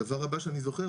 הדבר הבא שאני זוכר,